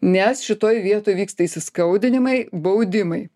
nes šitoj vietoj vyksta įsiskaudinimai baudimai